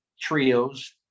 trios